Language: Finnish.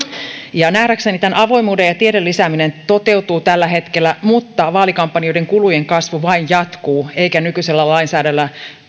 nähdäkseni tämä avoimuuden ja tiedon lisääminen toteutuu tällä hetkellä mutta vaalikampanjoiden kulujen kasvu vain jatkuu eikä nykyisellä lainsäädännöllä